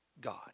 God